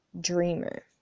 dreamer